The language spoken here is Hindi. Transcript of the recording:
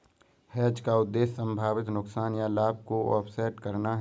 हेज का उद्देश्य संभावित नुकसान या लाभ को ऑफसेट करना है